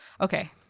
Okay